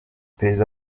perezida